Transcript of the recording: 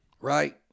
Right